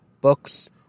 books